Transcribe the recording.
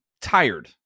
tired